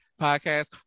podcast